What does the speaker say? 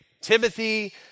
Timothy